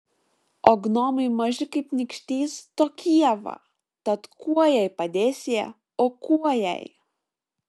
o gnomai maži kaip nykštys tokie va tad kuo jai padės jie o kuo jai